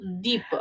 Deep